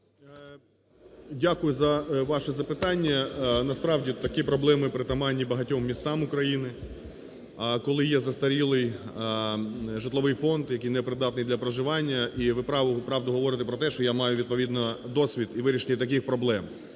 Дякую за ваше запитання. Насправді такі проблеми притаманні багатьом містам України, коли є застарілий житловий фонд, який не придатний для проживання, і ви правду говорите про те, що я маю відповідний досвід у вирішенні таких проблем.